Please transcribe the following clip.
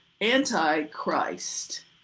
anti-Christ